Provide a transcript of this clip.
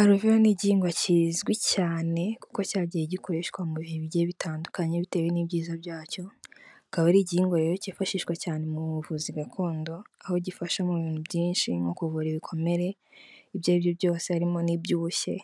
alovewo ni igihingwa kizwi cyane kuko cyagiye gikoreshwa mu bihe bigiye bitandukanye bitewe n'ibyiza byacyo, kikaba ari igihingwa rero cyifashishwa cyane mu buvuzi gakondo aho gifasha mu bintu byinshi: nko kuvura ibikomere ibyo aribyo byose, harimo n'iby'ubushye,